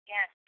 Yes